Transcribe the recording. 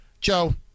Joe